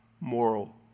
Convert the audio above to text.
moral